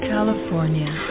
California